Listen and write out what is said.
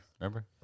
Remember